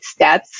stats